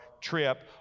trip